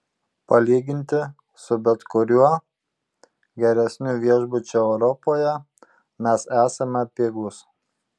palyginti su bet kuriuo geresniu viešbučiu europoje mes esame pigūs